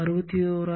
67 ஐ 7